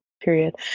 period